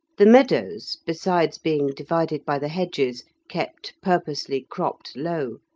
the meadows, besides being divided by the hedges, kept purposely cropped low,